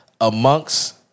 amongst